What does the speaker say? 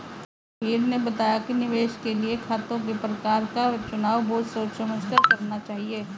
रघुवीर ने बताया कि निवेश के लिए खातों के प्रकार का चुनाव बहुत सोच समझ कर करना चाहिए